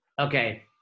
Okay